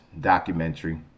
documentary